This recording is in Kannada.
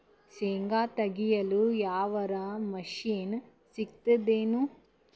ಶೇಂಗಾ ತೆಗೆಯಲು ಯಾವರ ಮಷಿನ್ ಸಿಗತೆದೇನು?